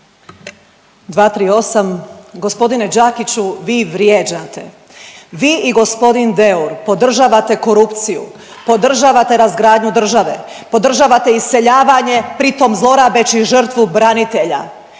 238. Gospodine Đakiću vi vrijeđate. Vi i gospodin Deur podržavate korupciju, podržavate razgradnju države, podržavate iseljavanje pritom zlorabeći žrtvu branitelja.